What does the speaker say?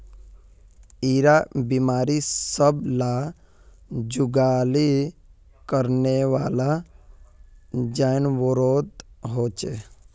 इरा बिमारी सब ला जुगाली करनेवाला जान्वारोत होचे